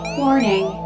warning